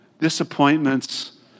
disappointments